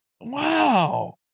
Wow